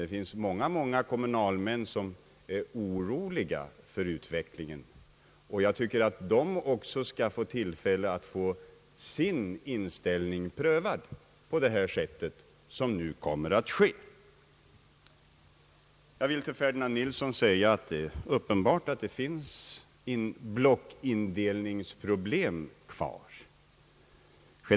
Det är också många kommunalmän som är oroliga för utvecklingen, och jag tycker att de också skall få tillfälle att få sin inställning prövad på det sätt som nu kommer att ske. Till herr Ferdinand Nilsson vill jag säga, att det är uppenbart att det finns blockindelningsproblem kvar.